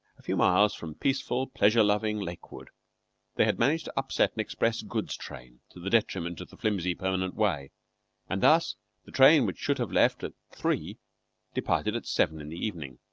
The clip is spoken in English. a few miles from peaceful, pleasure-loving lakewood they had managed to upset an express goods train to the detriment of the flimsy permanent way and thus the train which should have left at three departed at seven in the evening.